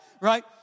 right